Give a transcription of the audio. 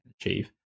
achieve